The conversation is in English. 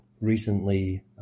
recently